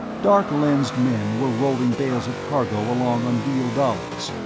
dark-lensed men were rolling bales of cargo along on wheeled dollies.